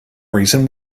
reason